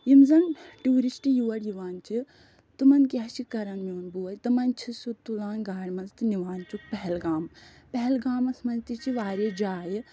یِم زَن ٹیٛوٗرِسٹہٕ یور یِوان چھِ تِمَن کیٛاہ چھِ کران میٛون بوے تِمَن چھِ سُہ تُلان گاڑِ منٛز تہٕ نِوان چھُکھ پہلگام پہلگامَس منٛز تہِ چھِ واریاہ جایہِ